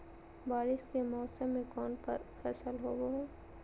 बारिस के मौसम में कौन फसल होबो हाय?